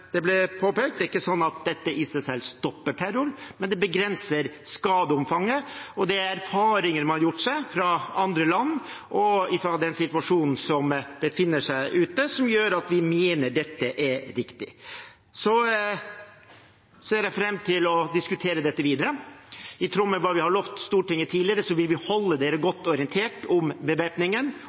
det ble påpekt, at dette i seg selv ikke stopper terror, men det begrenser skadeomfanget. Det er erfaringer man har gjort seg fra andre land og situasjonen som er der ute, som gjør at vi mener dette er riktig. Jeg ser fram til å diskutere dette videre. I tråd med hva vi har lovt Stortinget tidligere, vil vi holde Stortinget godt orientert om bevæpningen,